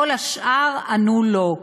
כל השאר ענו לא.